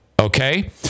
Okay